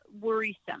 worrisome